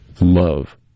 Love